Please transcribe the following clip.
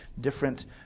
different